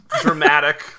dramatic